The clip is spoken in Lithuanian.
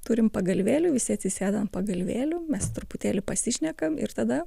turim pagalvėlių visi atsisėda ant pagalvėlių mes truputėlį pasišnekam ir tada